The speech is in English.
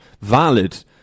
valid